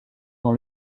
dans